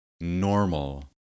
normal